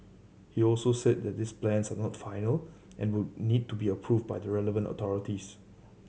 he also said that these plans are not final and would need to be approved by the relevant authorities